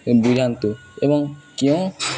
ବୁଝାନ୍ତୁ ଏବଂ କେଉଁ